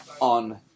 on